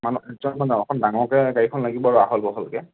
অকণ ডাঙৰকৈ গাড়ীখন লাগিব আৰু আহল বহলকৈ